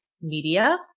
media